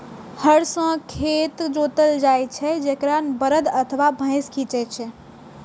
हर सं खेत जोतल जाइ छै, जेकरा बरद अथवा भैंसा खींचै छै